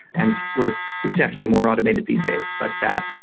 and we're substantially more automated these days. but